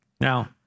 Now